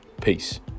Peace